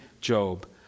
Job